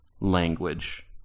language